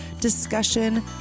discussion